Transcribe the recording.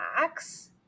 max